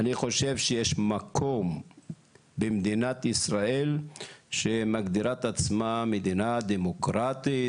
אני חושב שיש מקום במדינת ישראל שמגדירה את עצמה מדינה דמוקרטית,